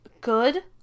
Good